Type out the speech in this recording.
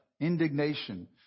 indignation